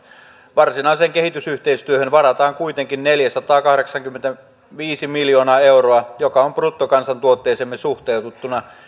varsinaiseen kehitysyhteistyöhön varataan kuitenkin neljäsataakahdeksankymmentäviisi miljoonaa euroa joka on bruttokansantuotteeseemme suhteutettuna